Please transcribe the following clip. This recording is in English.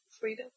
freedom